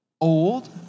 old